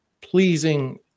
pleasing